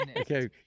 Okay